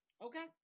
Okay